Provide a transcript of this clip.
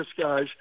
guys